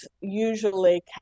usually